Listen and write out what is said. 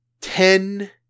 Ten